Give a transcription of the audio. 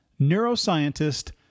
neuroscientist